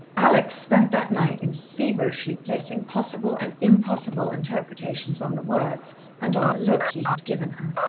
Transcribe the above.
alex spent that night in feverishly placing possible and impossible interpretations on the words, and on the look he had given her.